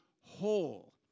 whole